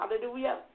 hallelujah